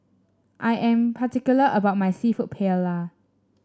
I am particular about my seafood Paella